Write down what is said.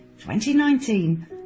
2019